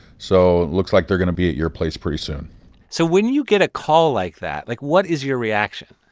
so it looks like they're going to be at your place pretty soon so when you get a call like that, like, what is your reaction?